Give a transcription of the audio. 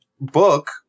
book